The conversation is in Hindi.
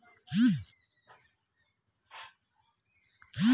आकस्मिक बीमा में ऑटोमोबाइल बीमा काफी कराया जाता है